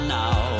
now